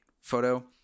photo